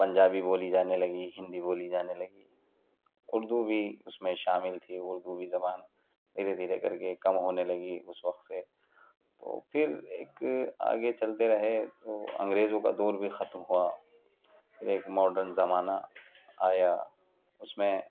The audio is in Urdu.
پنجابی بولی جانے لگی ہندی بولی جانے لگی اردو بھی اس میں شامل تھی اردو بھی زبان دھیرے دھیرے کر کے کم ہونے لگی اس وقت سے تو پھر ایک آگے چلتے رہے تو انگریزوں کا دور بھی ختم ہوا پھر ایک ماڈرن زمانہ آیا اس میں